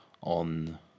on